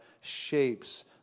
shapes